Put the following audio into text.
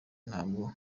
ntabwo